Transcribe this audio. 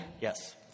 Yes